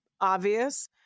obvious